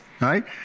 Right